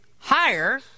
Higher